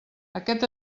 aquest